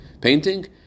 painting